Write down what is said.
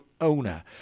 owner